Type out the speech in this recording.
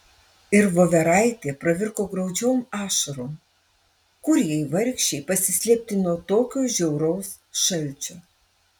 ir voveraitė pravirko graudžiom ašarom kur jai vargšei pasislėpti nuo tokio žiauraus šalčio